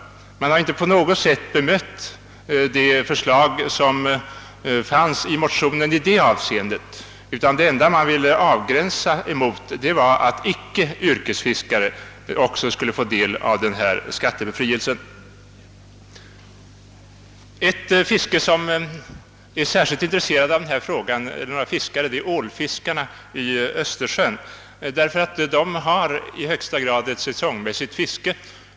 Man har nämligen inte på något sätt bemött de förslag som härvidlag fanns i motionen. Den enda avgränsning man ville göra gällde att man ville förhindra att icke yrkesfiskare fick del av skattebefrielsen. En grupp fiskare som är särskilt intresserade av denna fråga är ålfiskarna i Östersjön, ty de har i högsta grad ett säsongmässigt fiske.